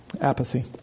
Apathy